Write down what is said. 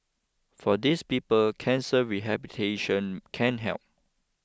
for these people cancer rehabilitation can help